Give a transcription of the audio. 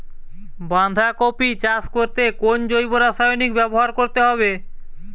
বাঁধাকপি চাষ করতে কোন জৈব রাসায়নিক ব্যবহার করতে হবে?